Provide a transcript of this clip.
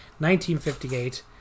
1958